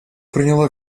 приняла